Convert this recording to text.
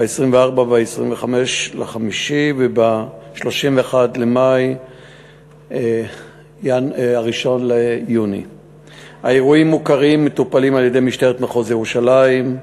ב-24 ו-25 במאי 2013 וב-31 במאי ו-1 ביוני 2013. האירועים מוכרים ומטופלים על-ידי משטרת מחוז ירושלים.